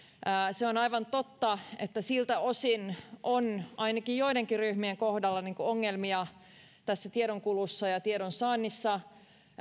se on aivan totta että siltä osin on ainakin joidenkin ryhmien kohdalla ongelmia tiedonkulussa ja tiedonsaannissa